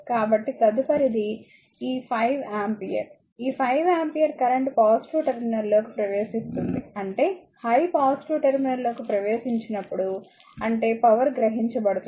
కాబట్టి తదుపరిది ఈ 5 ఆంపియర్ ఈ 5 ఆంపియర్ కరెంట్ పాజిటివ్ టెర్మినల్లోకి ప్రవేశిస్తుంది అంటే I పాజిటివ్ టెర్మినల్ లోకి ప్రవేశించినప్పుడు అంటే పవర్ గ్రహించబడుతుంది